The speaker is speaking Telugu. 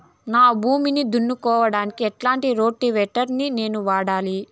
నా భూమి దున్నుకోవడానికి ఎట్లాంటి రోటివేటర్ ని నేను వాడాలి?